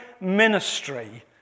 ministry